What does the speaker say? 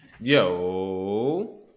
Yo